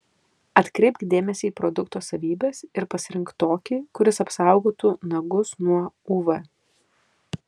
atkreipk dėmesį į produkto savybes ir pasirink tokį kuris apsaugotų nagus nuo uv